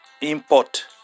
import